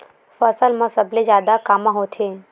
फसल मा सबले जादा कामा होथे?